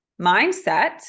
mindset